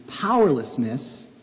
powerlessness